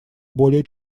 более